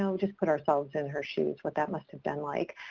so just put ourselves in her shoes what that must have been like.